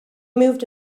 moved